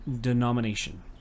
denomination